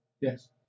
yes